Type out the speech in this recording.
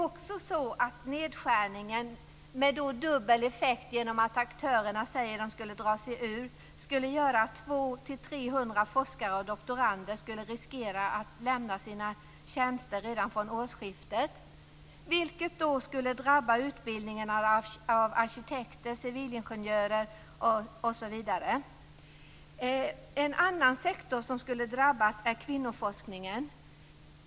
Denna nedskärning, med dubbel effekt genom att aktörerna drar sig ur, gör att 200-300 forskare och doktorander skulle riskera att behöva lämna sina tjänster redan från årsskiftet. Det skulle drabba utbildningen av arkitekter, civilingenjörer osv. En annan sektor som skulle drabbas är kvinnoforskningen.